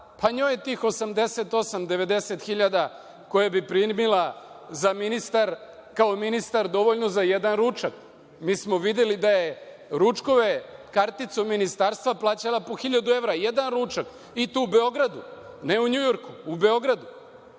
Pa njoj je tih 88-90 hiljada koje bi primila kao ministar dovoljno za jedan ručak. Mi smo videli da je ručkove karticom ministarstva plaćala po hiljadu evra jedan ručak i to u Beogradu, a ne u NJujorku. Mi smo